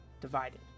divided